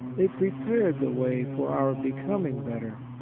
they prepared the way for our becoming better,